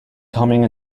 coming